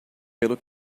pelo